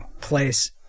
place